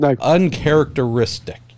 Uncharacteristic